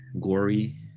gory